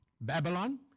Babylon